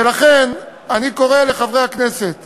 ולכן אני קורא לחברי הכנסת